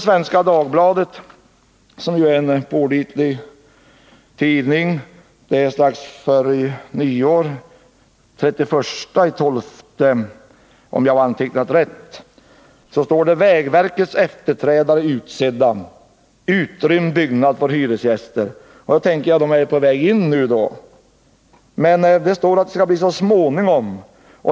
Svenska Dagbladet, som ju är en pålitlig tidning, skriver strax före nyår — den 31 december: ”Vägverkets "efterträdare utsedda. Utrymd byggnad får hyresgäster.” Då tänker man att de är på väg in nu. Men det står att inflyttningen skall ske så småningom.